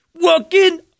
Walking